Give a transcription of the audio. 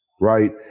Right